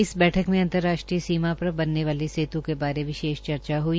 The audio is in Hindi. इस बैठक में अंतर्राष्ट्रीय सीमा पर बनने वाले सेत् के बारे विशेष चर्चा हुई